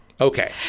Okay